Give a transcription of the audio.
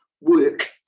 work